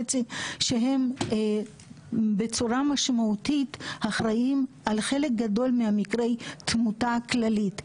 שהם בצורה משמעותית אחראיים על חלק גדול ממקרי התמותה הכללית.